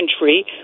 country